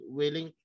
willing